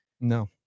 No